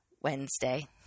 Wednesday